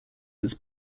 its